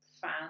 fan